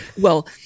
Well-